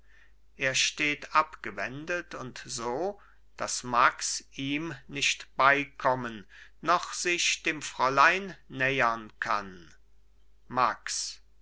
er steht abgewendet und so daß max ihm nicht beikommen noch sich dem fräulein nähern kann max